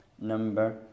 number